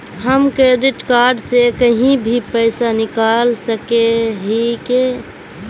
हम credit card से कहीं भी पैसा निकल सके हिये की?